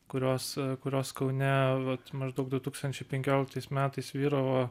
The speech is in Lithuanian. kurios kurios kaune vat maždaug du tūkstančiai penkioliktais metais vyravo